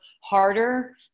harder